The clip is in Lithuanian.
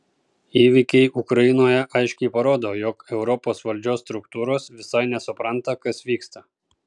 įvykiai ukrainoje aiškiai parodo jog europos valdžios struktūros visai nesupranta kas vyksta